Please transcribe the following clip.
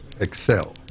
excel